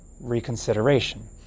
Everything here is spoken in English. reconsideration